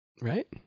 Right